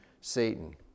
Satan